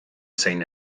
zein